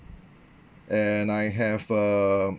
and I have a